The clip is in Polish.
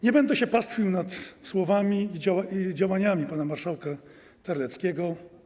Nie będę się pastwił nad słowami i działaniami pana marszałka Terleckiego.